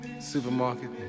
supermarket